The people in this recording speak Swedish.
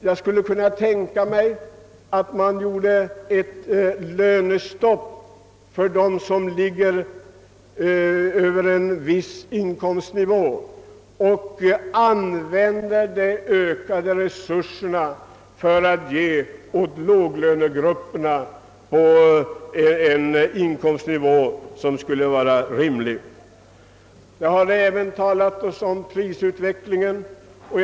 Jag skulle kunna tänka mig att man satte ett lönestopp för dem som ligger över en viss inkomstnivå och använder resurserna för att höja låglönegruppernas inkomster till en rimlig nivå. Även prisutvecklingen har berörts i debatten.